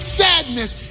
sadness